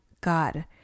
God